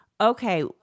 Okay